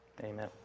Amen